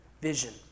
vision